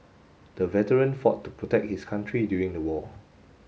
the veteran fought to protect his country during the war